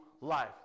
life